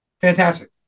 Fantastic